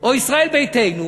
או ישראל ביתנו